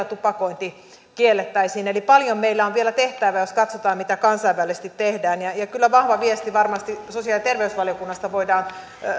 tupakointi eli paljon meillä on vielä tehtävää jos katsotaan mitä kansainvälisesti tehdään ja ja kyllä vahva viesti varmasti sosiaali ja terveysvaliokunnasta voidaan